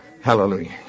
Hallelujah